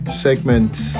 segment